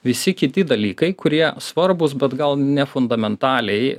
visi kiti dalykai kurie svarbūs bet gal ne fundamentaliai